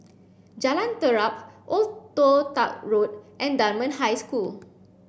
Jalan Terap Old Toh Tuck Road and Dunman High School